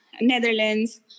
Netherlands